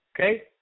okay